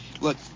look